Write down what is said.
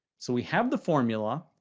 so, we have the formula,